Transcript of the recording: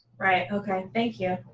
right, ok. thank you.